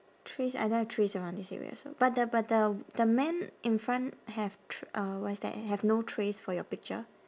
trees I don't have trees around this area also but the but the the man in front have tr~ uh what is that eh have no trees for your picture